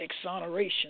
exoneration